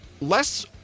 Less